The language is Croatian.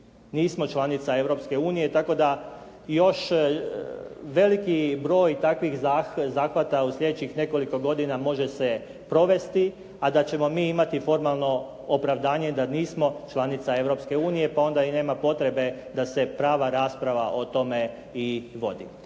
Nismo članica Europske unije tako da još veliki broj takvih zahvata u sljedećih nekoliko godina može se provesti a da ćemo mi imati formalno opravdanje da nismo članica Europske unije pa onda i nema potrebe da se prava rasprava o tome i vodi.